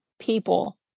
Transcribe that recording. people